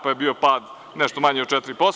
To je bio pad nešto manje od 4%